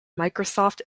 microsoft